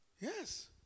Yes